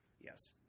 Yes